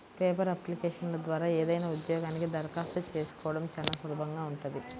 paper అప్లికేషన్ల ద్వారా ఏదైనా ఉద్యోగానికి దరఖాస్తు చేసుకోడం చానా సులభంగా ఉంటది